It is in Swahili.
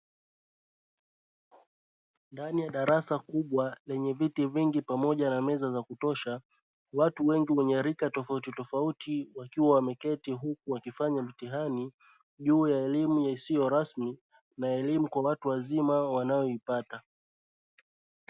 Ndani ya darasa kubwa lenye viti vingi pamoja na meza za kutosha watu wengi wenye rika tofauti tofauti, wakiwa wameketi huku wakifanya mtihani juu ya elimu isiyo rasmi na elimu kwa watu wazima wanayo ipata.